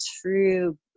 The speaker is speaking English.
true